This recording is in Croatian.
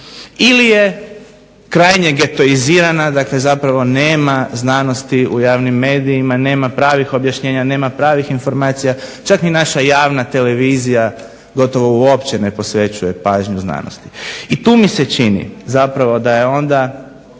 ili je krajnje getoizirana, zapravo nema znanosti u javnim medijima, nema pravih informacija, čak ni naša javna televizija gotovo uopće ne posvećuje pažnju znanosti. I tu mi se čini da je zapravo